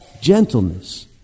gentleness